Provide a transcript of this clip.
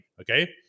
okay